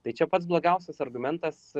tai čia pats blogiausias argumentas